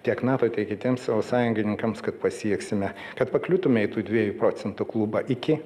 tiek nato tiek kitiems savo sąjungininkams kad pasieksime kad pakliūtume į tų dviejų procentų klubą iki